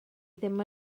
ddim